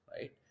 right